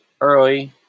early